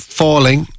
falling